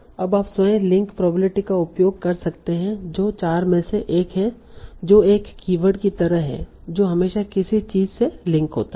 अब आप स्वयं लिंक प्रोबेबिलिटी का उपयोग कर सकते हैं जो चार में से एक है जो एक कीवर्ड की तरह है जो हमेशा किसी चीज से लिंक होता है